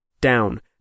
down